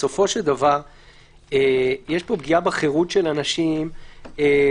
בסופו של דבר יש פה פגיעה בחירות של אנשים בכל